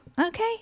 Okay